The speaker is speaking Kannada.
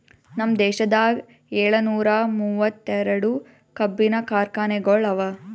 ನಮ್ ದೇಶದಾಗ್ ಏಳನೂರ ಮೂವತ್ತೆರಡು ಕಬ್ಬಿನ ಕಾರ್ಖಾನೆಗೊಳ್ ಅವಾ